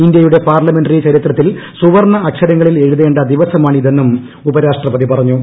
ഇന്ത്യയുടെ പാർലമെന്ററി ചരിത്രത്തിൽ സുപ്പർണ്ണ് അക്ഷരങ്ങളിൽ എഴുതേണ്ട ദിവസമാണിതെന്നും ഉപരാഷ്ട്രപ്പതി പറഞ്ഞു